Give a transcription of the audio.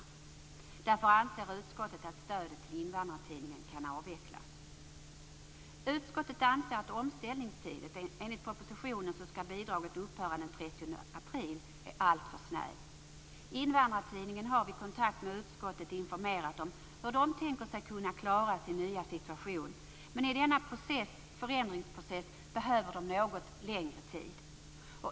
Utskottet anser därför att stödet till Invandrartidningen kan avvecklas. Utskottet anser att omställningstiden - enligt propositionen skall bidraget upphöra den 30 april - är alltför kort. Invandrartidningen har vid kontakt med utskottet informerat om hur man tänker sig kunna klara sin nya situation, men i denna förändringsprocess behöver man något längre tid.